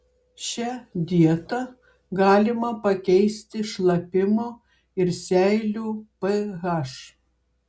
šia dieta galima pakeisti šlapimo ir seilių ph